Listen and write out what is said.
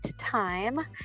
time